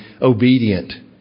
obedient